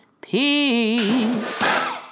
Peace